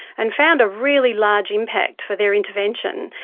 and found a really large impact for their intervention.